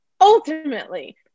ultimately